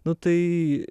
nu tai